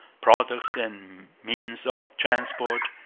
products and means of transport,